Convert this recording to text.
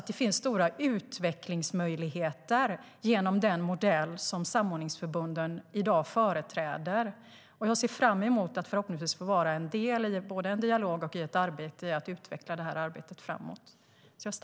Det finns stora utvecklingsmöjligheter genom den modell som samordningsförbunden företräder i dag. Jag ser fram emot att förhoppningsvis vara en del i en dialog och ett arbete med att utveckla det arbetet framåt.